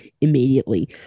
immediately